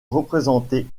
représenté